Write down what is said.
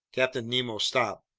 captain nemo stopped.